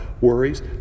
worries